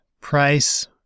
price